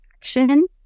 action